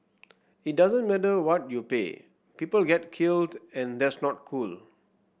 it doesn't matter what you pay people get killed and that's not cool